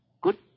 Good